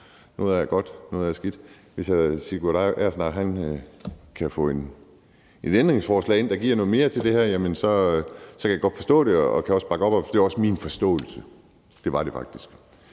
noget af det er skidt. Hvis hr. Sigurd Agersnap kan få et ændringsforslag ind, der giver noget mere til det her, så kan jeg godt forstå det, og jeg kan også bakke op om det, for det er også min forståelse. Det var det faktisk.